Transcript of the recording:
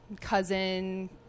cousin